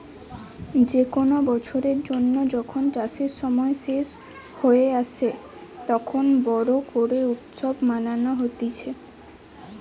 যে কোনো বছরের জন্য যখন চাষের সময় শেষ হয়ে আসে, তখন বোরো করে উৎসব মানানো হতিছে